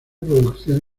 producción